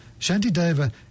Shantideva